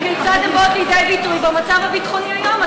וכיצד הן באות לידי ביטוי במצב הביטחוני היום?